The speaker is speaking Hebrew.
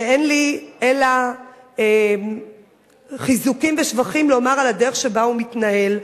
ואין לי אלא חיזוקים ושבחים לומר על הדרך שבה הוא מתנהל,